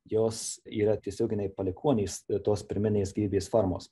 jos yra tiesioginiai palikuonys tos pirminės gyvybės formos